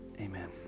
Amen